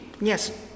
Yes